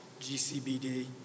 GCBD